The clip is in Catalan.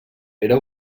era